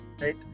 right